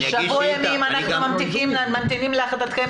שבוע ימים אנחנו ממתינים להחלטתכם.